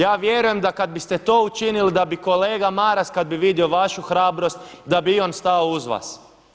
Ja vjerujem da kad biste to učinili da bi kolega Maras kad bi vidio vašu hrabrost da bi i on stao uz vas.